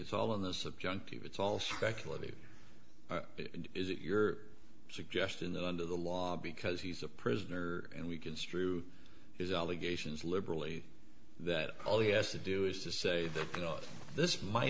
it's all in the subjective it's all speculative is it your suggestion that under the law because he's a prisoner and we construe his allegations liberally that all he has to do is to say that you know this might